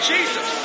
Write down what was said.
Jesus